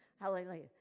Hallelujah